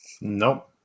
Nope